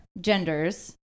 genders